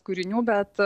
kūrinių bet